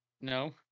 No